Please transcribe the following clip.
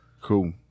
Cool